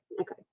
Okay